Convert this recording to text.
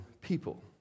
people